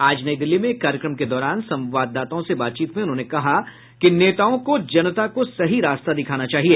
आज नई दिल्ली में एक कार्यक्रम के दौरान संवाददाताओं से बातचीत में उन्होंने कहा कि नेताओं को जनता को सही रास्ता दिखाना चाहिए